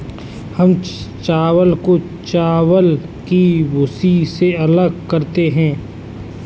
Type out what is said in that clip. हम चावल को चावल की भूसी से अलग करते हैं